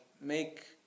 make